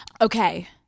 Okay